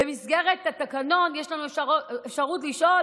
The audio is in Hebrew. ובמסגרת התקנון יש לנו אפשרות לשאול